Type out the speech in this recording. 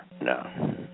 No